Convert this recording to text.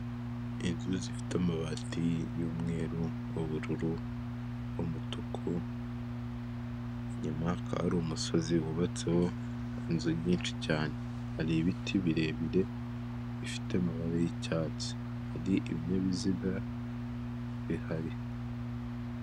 Inzu zifite amabati y'umweru, ubururu, umutuku, inyuma hakaba hari umusozi wubatseho inzu nyinshi cyane, hari ibiti birebire bifite amabara y'icyatsi, hari ibinyabiziga bihari.